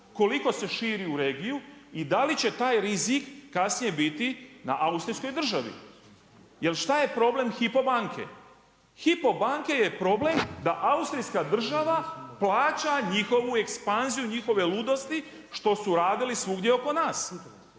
koliko se širi u regiju, i da li će taj rizik kasnije biti na austrijskoj državi. Jel šta je problem Hypo banke? Hypo banke je problem, da austrijska država plaća njihovu ekspanziju, njihove ludosti, što su radili svugdje oko nas.